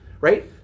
right